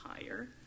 higher